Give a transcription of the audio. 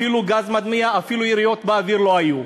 אפילו גז מדמיע, אפילו יריות באוויר לא היו.